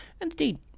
indeed